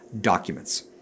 documents